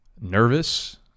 nervous